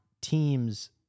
teams